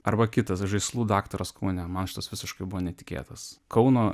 arba kitas žaislų daktaras kaune man šitas visiškai buvo netikėtas kauno